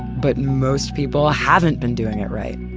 but most people haven't been doing it right.